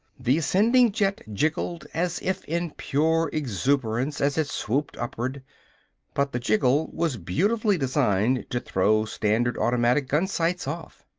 the ascending jet jiggled as if in pure exuberance as it swooped upward but the jiggle was beautifully designed to throw standard automatic gunsights off.